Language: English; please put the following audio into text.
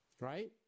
right